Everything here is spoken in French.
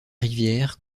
rivière